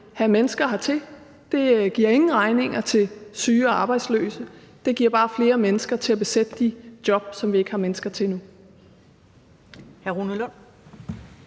vil have mennesker hertil. Det giver ingen regninger til syge og arbejdsløse, det giver bare flere mennesker til at besætte de job, som vi ikke har mennesker til nu.